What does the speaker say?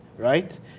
Right